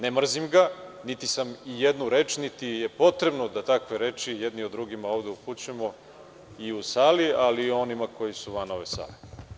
Ne mrzim ga, niti sam ijednu reč, niti je potrebno da takve reči jedni o drugima ovde upućujemo i u sali, ali i o onima koji su van ove sale.